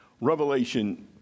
Revelation